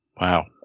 Wow